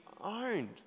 owned